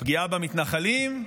הפגיעה במתנחלים,